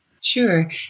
Sure